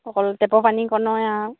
অকল টেপৰ পানী কণৰে আৰু